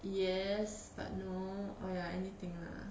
yes but no !aiya! anything lah